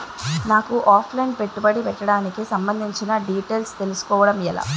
నాకు offline పెట్టుబడి పెట్టడానికి సంబందించిన డీటైల్స్ తెలుసుకోవడం ఎలా?